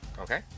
Okay